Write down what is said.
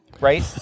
right